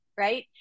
right